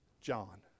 John